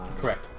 Correct